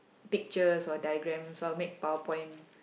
pictures or diagram or make power point